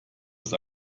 ist